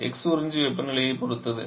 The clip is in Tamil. X உறிஞ்சி வெப்பநிலையைப் பொறுத்தது